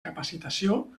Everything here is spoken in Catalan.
capacitació